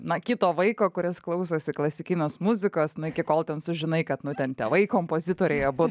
na kito vaiko kuris klausosi klasikinės muzikos nu iki kol ten sužinai kad nu ten tėvai kompozitoriai abu